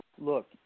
Look